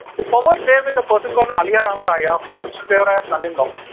the power lay with a person called aliya rama raya who was krishna deva raya's son in law.